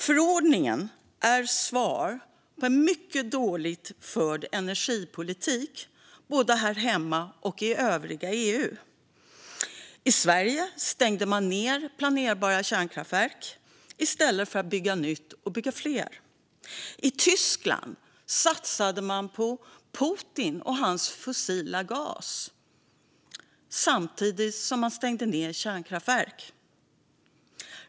Förordningen är ett svar på en mycket dåligt förd energipolitik både här hemma och i övriga EU. I Sverige stängde man ned planerbar kärnkraft i stället för att bygga nytt och bygga fler kärnkraftverk. I Tyskland satsade man på Putin och hans fossila gas samtidigt som man stängde ned kärnkraftverk.